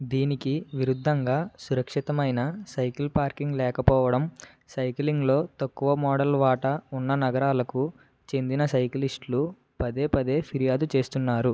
దీనికి విరుద్ధంగా సురక్షితమైన సైకిల్ పార్కింగ్ లేకపోవడం సైక్లింగ్లో తక్కువ మోడల్ వాటా ఉన్న నగరాలకు చెందిన సైక్లిస్టులు పదే పదే ఫిర్యాదు చేస్తున్నారు